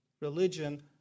religion